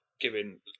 giving